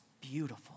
beautiful